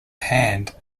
hand